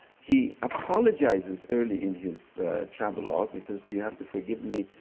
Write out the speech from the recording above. he apologizes early in his travel log. he says you have to forgive me,